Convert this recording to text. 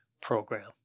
program